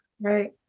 right